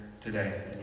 today